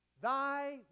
Thy